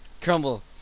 crumble